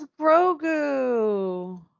Grogu